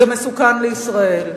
זה מסוכן לישראל.